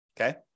Okay